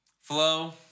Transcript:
Flow